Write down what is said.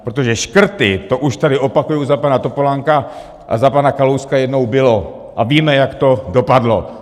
Protože škrty, to už tady, opakuji, za pana Topolánka a za pana Kalouska jednou bylo a víme, jak to dopadlo!